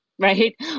right